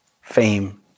fame